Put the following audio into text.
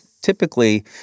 typically